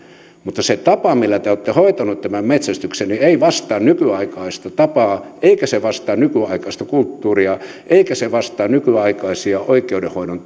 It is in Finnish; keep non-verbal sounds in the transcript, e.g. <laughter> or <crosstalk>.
mutta se tapa millä te olette hoitaneet tämän metsästyksen ei vastaa nykyaikaista tapaa eikä se vastaa nykyaikaista kulttuuria eikä se vastaa nykyaikaisia oikeudenhoidon <unintelligible>